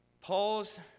Paul's